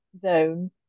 zone